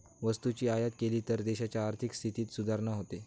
वस्तूची आयात केली तर देशाच्या आर्थिक स्थितीत सुधारणा होते